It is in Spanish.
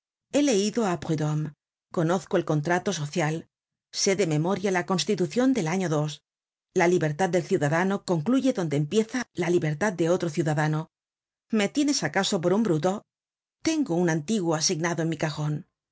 he leido á prudhomme conozco el contrato social sé de memoria la constitucion del año dos la libertad del ciudadano concluye y donde empieza la libertad de otro ciudadano me tienes acaso por un bruto tengo un antiguo asignado en mi cajon